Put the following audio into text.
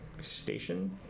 station